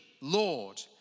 Lord